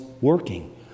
working